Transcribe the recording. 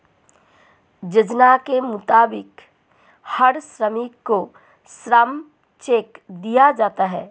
योजना के मुताबिक हर श्रमिक को श्रम चेक दिया जाना हैं